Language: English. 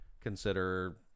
consider